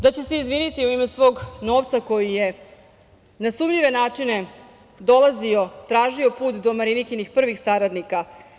Da će se izviniti u ime svog novca koji je na sumnjive načine dolazio, tražio put do Marinikinih prvih saradnika.